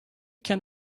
can